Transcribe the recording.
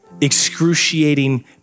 excruciating